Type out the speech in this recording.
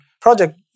project